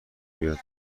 بیاد